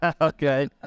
Okay